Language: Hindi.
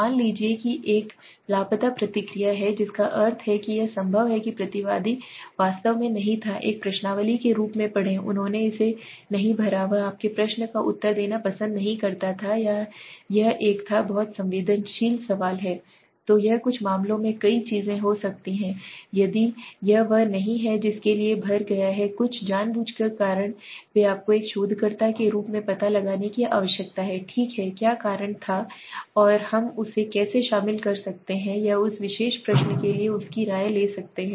मान लीजिए कि एक लापता प्रतिक्रिया है जिसका अर्थ है कि यह संभव है कि प्रतिवादी वास्तव में नहीं था एक प्रश्नावली के रूप में पढ़ें उन्होंने इसे नहीं भरा वह आपके प्रश्न का उत्तर देना पसंद नहीं करता था या यह एक था बहुत संवेदनशील सवाल है तो यह कुछ मामलों में कई चीजें हो सकती हैं यदि यह वह नहीं है जिसके लिए भर गया है कुछ जानबूझकर कारण वे आपको एक शोधकर्ता के रूप में पता लगाने की आवश्यकता है ठीक है क्या कारण और था हम उसे कैसे शामिल कर सकते हैं या उस विशेष प्रश्न के लिए उसकी राय ले सकते हैं